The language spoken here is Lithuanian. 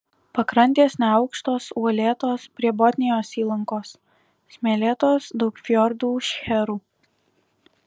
pakrantės neaukštos uolėtos prie botnijos įlankos smėlėtos daug fjordų šcherų